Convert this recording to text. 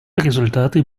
результаты